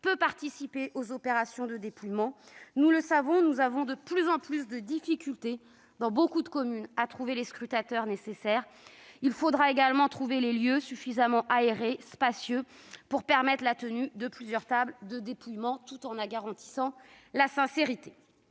peut participer aux opérations de dépouillement, car nous avons de plus en plus de difficultés, dans nombre de communes, à trouver des scrutateurs. Il faudra également trouver des lieux suffisamment aérés et spacieux pour permettre la présence de plusieurs tables de dépouillement, afin de garantir la sincérité